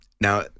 Now